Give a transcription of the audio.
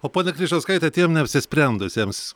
o pone kryžauskaite tiem neapsisprendusiems